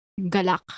Galak